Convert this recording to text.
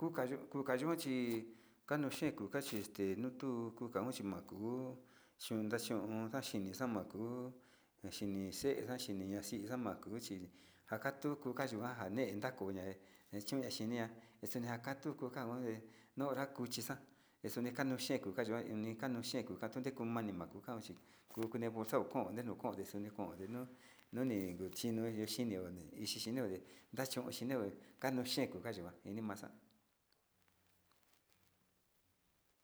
In kuka kanuxe chi nu tuu kuka manii kintasaraña xiniña ovre ntokoña o kajichiña o ntekuakoyo jiña suni ntakayo kajatniñuyo kuka sava ki kotovayoo.